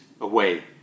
away